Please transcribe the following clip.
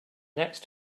next